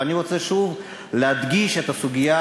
ואני רוצה שוב להדגיש את הסוגיה,